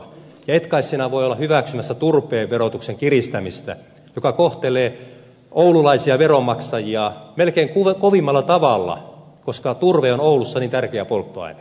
ja et kai sinä voi olla hyväksymässä turpeen verotuksen kiristämistä joka kohtelee oululaisia veronmaksajia melkein kovimmalla tavalla koska turve on oulussa niin tärkeä polttoaine